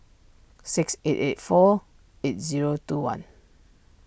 six eight eight four eight zero two one